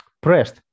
pressed